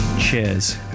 Cheers